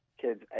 kids